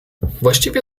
właściwie